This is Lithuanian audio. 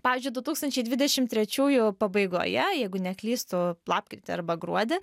pavyzdžiui du tūkstančiai dvidešim trečiųjų pabaigoje jeigu neklystu lapkritį arba gruodį